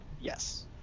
Yes